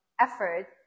effort